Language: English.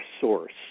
source